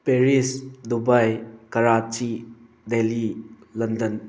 Paris Dubai Karachi Delhi London